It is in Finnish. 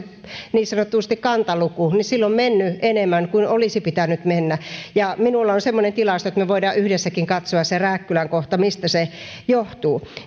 niin sanotusti kantaluku enemmän kuin olisi pitänyt mennä minulla on semmoinen tilasto että me voimme yhdessäkin katsoa sen rääkkylän kohdan ja mistä se johtuu